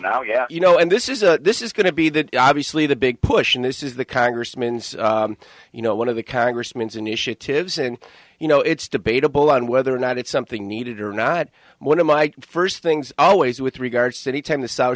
now yeah you know and this is a this is going to be that obviously the big push in this is the congressman's you know one of the congressman's initiatives and you know it's debatable on whether or not it's something needed or not one of my first things always with regards to the time the south